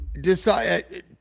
Decide